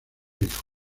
hijo